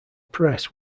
press